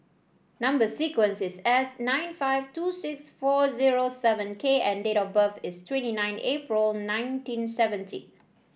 number sequence is S nine five two six four zero seven K and date of birth is twenty nine April nineteen seventy